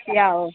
yeah okay